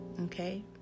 okay